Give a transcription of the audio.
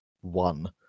one